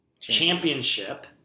Championship